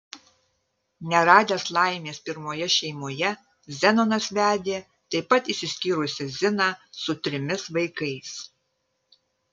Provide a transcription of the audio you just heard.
neradęs laimės pirmoje šeimoje zenonas vedė taip pat išsiskyrusią ziną su trimis vaikais